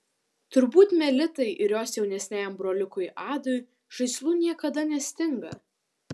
turbūt melitai ir jos jaunesniajam broliukui adui žaislų niekada nestinga